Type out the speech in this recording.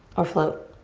or float.